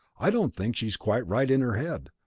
i don't think she's quite right in her head.